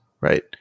Right